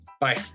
Bye